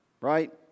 Right